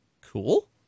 cool